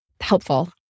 helpful